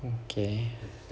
okay